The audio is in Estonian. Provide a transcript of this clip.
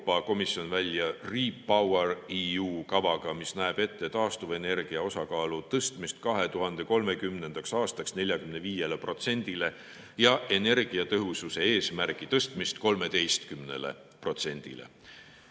Euroopa Komisjon välja "RePowerEU" kavaga, mis näeb ette taastuvenergia osakaalu tõstmist 2030. aastaks 45%‑le ja energiatõhususe eesmärgi tõstmist 13%‑le.